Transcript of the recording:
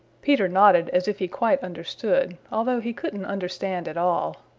peter nodded as if he quite understood, although he couldn't understand at all.